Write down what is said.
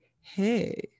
hey